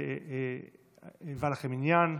היה לכם עניין,